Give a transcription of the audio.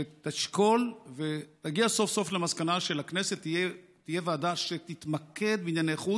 שתשקול ותגיע סוף-סוף למסקנה שלכנסת תהיה ועדה שתתמקד בענייני חוץ,